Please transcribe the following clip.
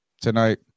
tonight